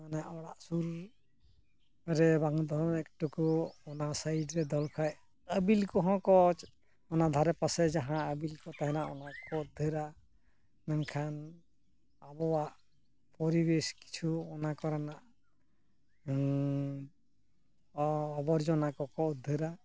ᱢᱟᱱᱮ ᱚᱲᱟᱜ ᱥᱩᱨ ᱨᱮ ᱵᱟᱝ ᱫᱚᱦᱚ ᱢᱟᱱᱮ ᱮᱠ ᱴᱩᱠᱩ ᱚᱱᱟ ᱥᱟᱭᱤᱰ ᱨᱮ ᱫᱚᱦᱚ ᱞᱮᱠᱚ ᱠᱷᱟᱱ ᱟᱹᱵᱤᱞ ᱠᱚᱦᱚᱸ ᱠᱚ ᱚᱱᱟ ᱫᱷᱟᱨᱮ ᱯᱟᱥᱮ ᱡᱟᱦᱟᱸ ᱟᱹᱵᱤᱞ ᱠᱚ ᱛᱟᱦᱮᱱᱟ ᱚᱱᱟ ᱠᱚᱠᱚ ᱩᱫᱽᱫᱷᱟᱹᱨᱟ ᱢᱮᱱᱠᱷᱟᱱ ᱟᱵᱚᱣᱟᱜ ᱯᱚᱨᱤᱵᱮᱥ ᱠᱤᱪᱷᱩ ᱚᱱᱟ ᱠᱚᱨᱮᱱᱟᱜ ᱟᱵᱚᱨᱡᱚᱱᱟ ᱠᱚᱠᱚ ᱩᱫᱽᱫᱷᱟᱹᱨᱟ